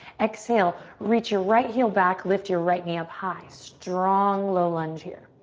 exhale, reach your right heel back. lift your right knee up high. strong low lunge here.